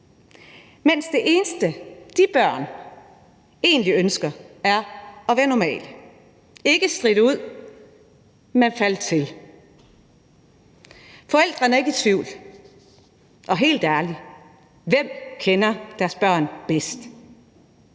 Det eneste, de børn egentlig ønsker, er at være normale og ikke skille sig ud, men falde til. Forældrene er ikke i tvivl, og helt ærligt, hvem kender deres børn bedst?